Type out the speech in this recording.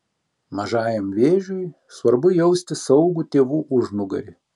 mažajam vėžiui svarbu jausti saugų tėvų užnugarį